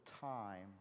time